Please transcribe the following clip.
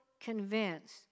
convinced